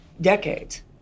decades